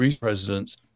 presidents